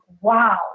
wow